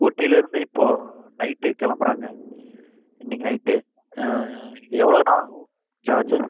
ஊட்டியில் இருந்து இப்போது நைட்டு கிளம்புகிறாங்க இன்றைக்கி நைட்டு எவ்வளோண்ணா ஆகும் சார்ஜ்